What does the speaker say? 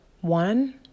one